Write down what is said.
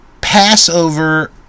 Passover